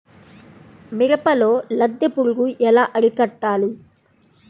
మిరపలో లద్దె పురుగు ఎలా అరికట్టాలి?